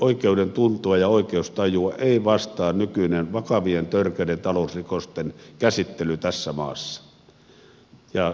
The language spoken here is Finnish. kansan oikeudentuntoa ja oikeustajua ei vastaa nykyinen vakavien törkeiden talousrikosten käsittely tässä maassa